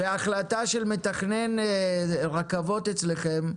והחלטה של מתכנן רכבות אצלכם,